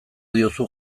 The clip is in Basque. diozu